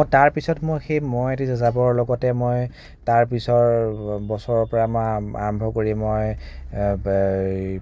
মই তাৰ পিছত মই সেই মই এটি যাযাবৰৰ লগতে মই তাৰ পিছৰ বছৰৰ পৰা আৰম্ভ কৰি মই